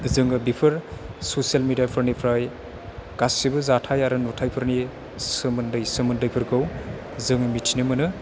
जोङो बिफोर ससियेल मेडियाफोरनिफ्राय गासिबो जाथाय आरो नुथायफोरनि सोमोन्दैफोरखौ जोङो मिथिनो मोनो